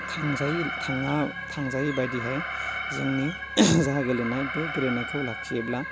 थांजायो थाङा थांजायै बादिहाय जोंनि जा गेलेनाय बे गेलेनायखौ लाखियोब्ला